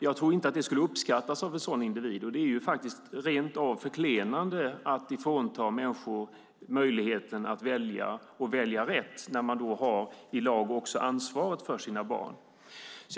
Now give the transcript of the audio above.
Jag tror inte att det skulle uppskattas av en sådan individ, och det är faktiskt rent av förklenande att frånta människor möjligheten att välja och välja rätt när de i lag har ansvaret för sina barn.